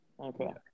Okay